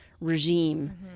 regime